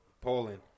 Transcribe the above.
Poland